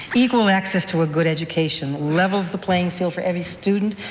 equal access to a good education levels the playing field for every student,